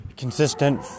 consistent